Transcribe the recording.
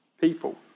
people